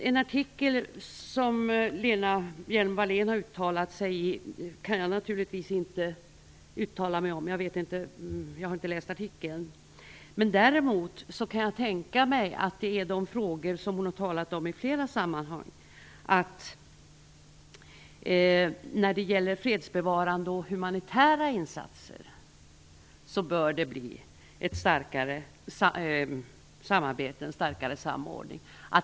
En artikel där Lena Hjelm-Wallén har uttalat sig kan jag naturligtvis inte uttala mig om, jag har inte läst artikeln. Men däremot kan jag tänka mig att det gäller de frågor som hon har talat om i flera sammanhang, nämligen att när det gäller fredsbevarande och humanitära insatser bör det bli starkare samarbete och bättre samordning.